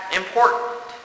important